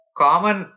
common